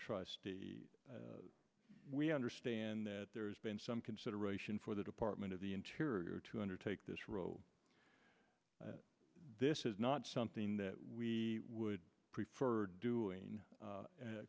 trustee we understand that there's been some consideration for the department of the interior to undertake this role this is not something that we would prefer doing